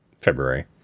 February